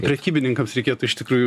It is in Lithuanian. prekybininkams reikėtų iš tikrųjų